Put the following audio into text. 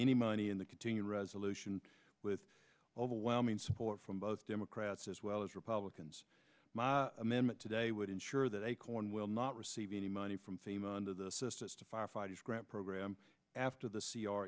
any money in the continuing resolution with overwhelming support from both democrats as well as republicans my amendment today would ensure that acorn will not receive any money from fame and or the sisters to firefighters grant program after the c r